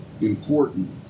important